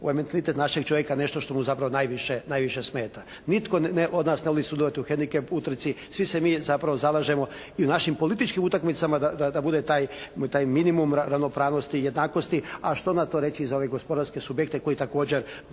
mentalitet našeg čovjeka nešto što mu zapravo najviše smeta. Nitko od nas ne želi sudjelovati u hendikep utrci, svi se mi zapravo zalažemo i u našim političkim utakmicama da bude taj minimum ravnopravnosti i jednakosti, a što na to reći za ove gospodarske subjekte koji također